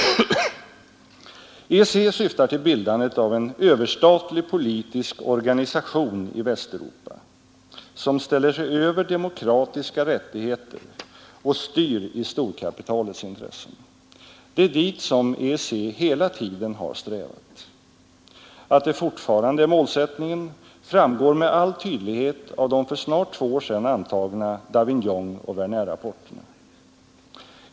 EEC syftar till bildandet av en överstatlig politisk organisation i Västeuropa som ställer sig över demokratiska rättigheter och styr i storkapitalets intressen. Det är dit EEC hela tiden strävat. Att det fortfarande är målsättningen framgår med all tydlighet av de för snart två år sedan antagna Davignonoch Wernerrapporterna.